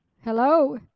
Hello